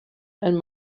and